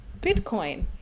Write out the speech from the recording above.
bitcoin